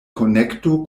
konekto